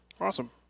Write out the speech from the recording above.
Awesome